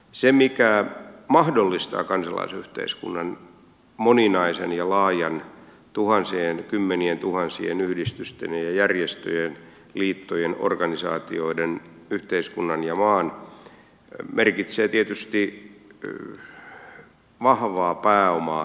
se mikä mahdollistaa kansalaisyhteiskunnan moninaisen ja laajan tuhansien kymmenientuhansien yhdistysten ja järjestöjen liittojen organisaatioiden yhteiskunnan ja maan merkitsee tietysti vahvaa pääomaa tälle yhteiskunnalle